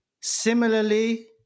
Similarly